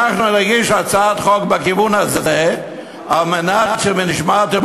אנחנו נגיש הצעת חוק בכיוון הזה על מנת ש"ונשמרתם